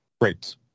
great